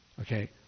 Okay